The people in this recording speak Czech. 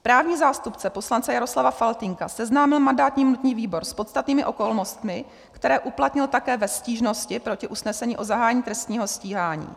Právní zástupce poslance Jaroslava Faltýnka seznámil mandátní a imunitní výbor s podstatnými okolnostmi, které uplatnil také ve stížnosti proti usnesení o zahájení trestního stíhání.